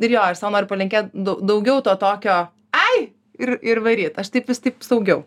ir jo aš sau noriu palinkėt dau daugiau to tokio ai ir ir varyt aš taip vis taip saugiau